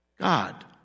God